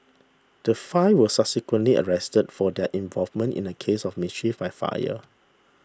the five were subsequently arrested for their involvement in a case of mischief by fire